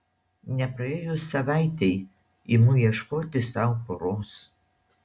nepraėjus savaitei imu ieškoti sau poros